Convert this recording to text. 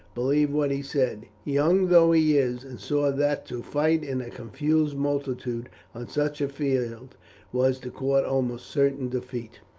believed what he said, young though he is, and saw that to fight in a confused multitude on such a field was to court almost certain defeat.